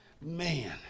man